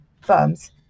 firms